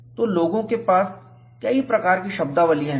तो लोगों के पास कई प्रकार की शब्दावलियां हैं